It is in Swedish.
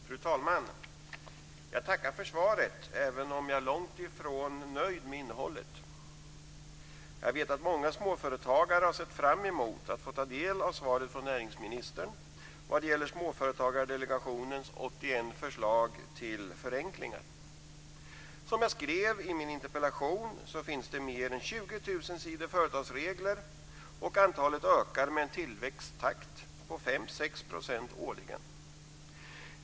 Fru talman! Jag tackar för svaret även om jag är långt ifrån nöjd med innehållet. Jag vet att många småföretagare har sett fram emot att få ta del av svaret från näringsministern vad gäller Småföretagsdelegationens 81 förslag till förenklingar. Som jag skrev i min interpellation finns det mer än 20 000 sidor företagsregler och antalet ökar med en tillväxttakt på 5-6 % årligen.